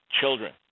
children